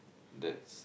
that's